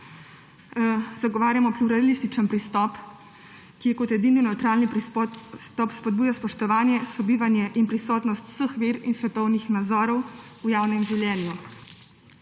Zagovarjamo pluralističen pristop, ki kot edini nevtralni pristop spodbuja spoštovanje, sobivanje in prisotnost vseh ver in svetovnih nazorov v javnem življenju.